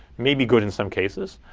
maybe good in some cases.